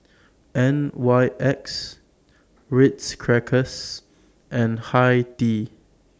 N Y X Ritz Crackers and Hi Tea